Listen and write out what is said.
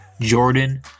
Jordan